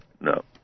No